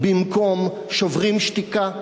"במקום", "שוברים שתיקה"?